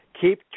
keep